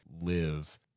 live